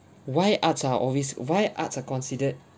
why arts are always why arts are considered